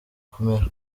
kumera